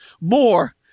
more